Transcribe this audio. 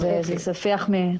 זה ספיח מנוסח קודם.